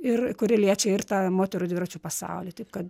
ir kuri liečia ir tą moterų dviračių pasaulį taip kad